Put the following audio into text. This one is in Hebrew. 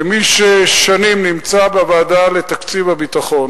כמי ששנים נמצא בוועדה לתקציב הביטחון